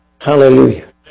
hallelujah